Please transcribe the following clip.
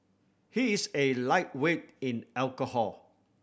he is a lightweight in alcohol